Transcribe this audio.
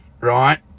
right